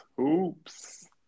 Oops